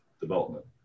development